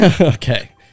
Okay